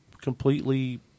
completely